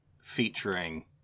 featuring